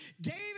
David